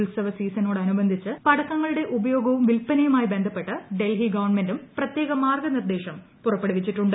ഉത്സവ സീസനോടനുബന്ധിച്ച് പടക്കങ്ങളുടെ ഉപയോഗവും വിൽപനയുമായി ബന്ധപ്പെട്ട് ഡൽഹി ഗവൺമെന്റും പ്രത്യേക മാർഗ്ഗനിർദ്ദേശം പുറപ്പെടുവിച്ചിട്ടുണ്ട്